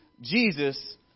Jesus